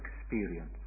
experience